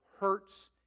hurts